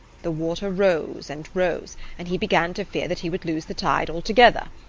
the water rose and rose and he began to fear that he would lose the tide altogether.